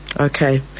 Okay